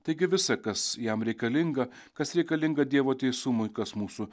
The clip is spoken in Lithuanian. taigi visa kas jam reikalinga kas reikalinga dievo teisumui kas mūsų